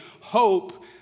hope